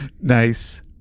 nice